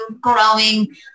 growing